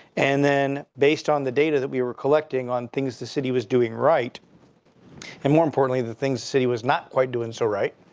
and then based on the data that we were collecting on things the city was doing right and, more importantly, the things the city was not quite doing so right.